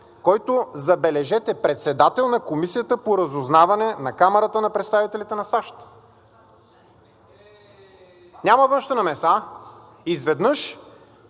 който, забележете, е председател на Комисията по разузнаване на Камарата на представителите на САЩ. Няма външна намеса, а? Изведнъж